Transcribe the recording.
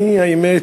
האמת,